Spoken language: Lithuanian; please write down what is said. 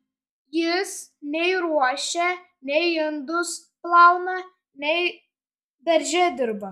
jis nei ruošia nei indus plauna nei darže dirba